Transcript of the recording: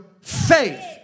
faith